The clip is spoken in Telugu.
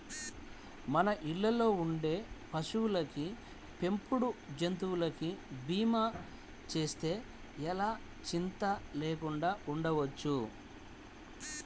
మన ఇళ్ళల్లో ఉండే పశువులకి, పెంపుడు జంతువులకి భీమా చేస్తే ఎలా చింతా లేకుండా ఉండొచ్చు